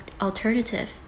alternative